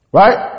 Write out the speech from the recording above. right